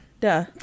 Duh